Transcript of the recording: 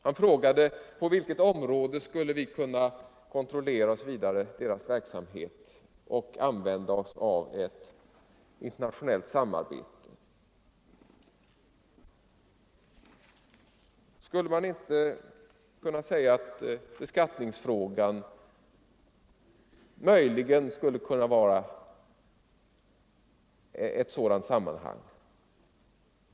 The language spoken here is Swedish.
Han frågade på vilket område vi skulle kunna kontrollera deras verksamhet och använda Oss av ett internationellt samarbete. Skulle man inte kunna tänka sig att beskattningsfrågan vore ett sådant område?